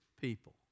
people